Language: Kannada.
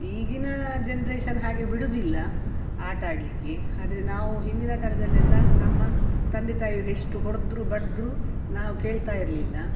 ಈಗಿನ ಜನ್ರೇಷನ್ ಹಾಗೆ ಬಿಡುವುದಿಲ್ಲ ಆಟ ಆಡಲಿಕ್ಕೆ ಆದರೆ ನಾವು ಹಿಂದಿನ ಕಾಲದಲ್ಲೆಲ್ಲ ನಮ್ಮ ತಂದೆ ತಾಯರು ಎಷ್ಟು ಹೊಡ್ದ್ರೂ ಬಡ್ದ್ರೂ ನಾವು ಕೇಳ್ತಾ ಇರಲಿಲ್ಲ